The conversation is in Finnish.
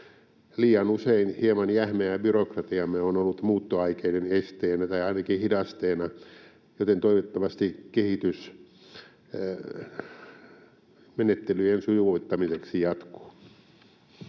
Liian usein hieman jähmeä byrokratiamme on ollut muuttoaikeiden esteenä tai ainakin hidasteena, joten toivottavasti kehitys menettelyjen sujuvoittamiseksi jatkuu.